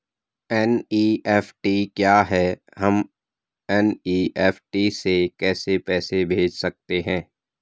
NEFT क्या है हम एन.ई.एफ.टी से कैसे पैसे भेज सकते हैं?